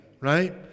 right